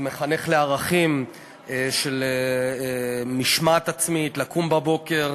זה מחנך לערכים של משמעת עצמית, לקום בבוקר.